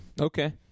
Okay